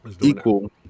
equal